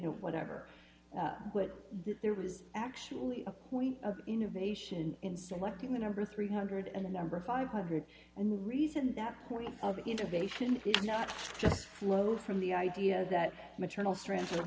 know whatever but there was actually a point of innovation in selecting the number three hundred and the number five hundred and the reason that point of integration is not just flow from the idea that maternal s